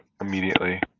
immediately